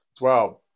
Wow